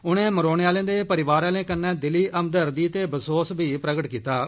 उनें मरोने आलें दे परिवार आलें कन्नै दिली हमदर्दी ते बसोस बी प्रकट कीता ऐ